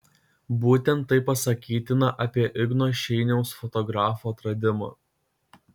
būtent tai pasakytina apie igno šeiniaus fotografo atradimą